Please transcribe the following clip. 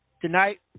tonight